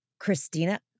Christina